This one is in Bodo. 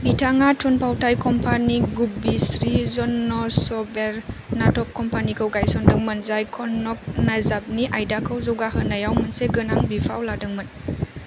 बिथाङा थुनफावथाय कम्पानि गुब्बी श्री जन्न'शवेर नाटक कम्पानिखौ गायसनदोंमोन जाय कन्नड़ नायजाबनि आयदाखौ जौगाहोनायाव मोनसे गोनां बिफाव लादोंमोन